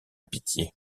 pitié